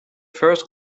first